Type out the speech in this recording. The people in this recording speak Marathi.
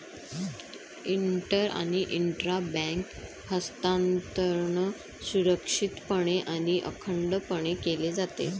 इंटर आणि इंट्रा बँक हस्तांतरण सुरक्षितपणे आणि अखंडपणे केले जाते